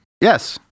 Yes